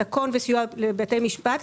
תקון וסיוע לבתי משפט,